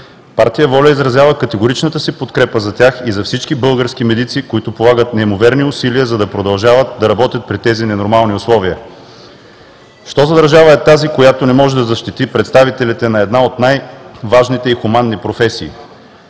Партия „Воля“ изразява категоричната си подкрепа за тях и за всички български медици, които полагат неимоверни усилия, за да продължават да работят при тези ненормални условия. Що за държава е тази, която не може да защити представителите на една от най-важните и хуманни професии?